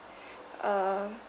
uh